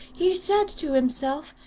he said to himself,